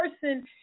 person